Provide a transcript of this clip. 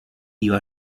iba